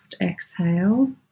exhale